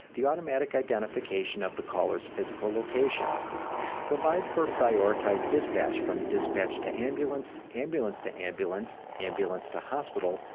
the automatic identification of the caller's physical location provide for prioritized dispatch from dispatch-to-ambulance, ambulance-to-ambulance, ambulance-to-hospital,